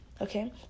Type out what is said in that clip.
okay